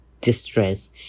distress